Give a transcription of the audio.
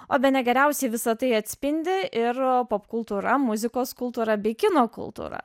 o bene geriausiai visa tai atspindi ir popkultūra muzikos kultūra bei kino kultūra